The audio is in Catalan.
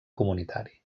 comunitari